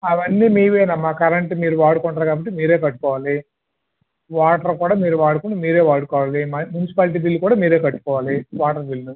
అవన్నీ మీవే అమ్మా కరెంటు మీరు వాడుకుంటారు కాబట్టి మీరే కట్టుకోవాలి వాటర్ కూడా మీరు వాడుకొని మీరే వాడుకోవాలి మున్సిపాలిటీ బిల్ కూడా మీరే కట్టుకోవాలి వాటర్ బిల్లు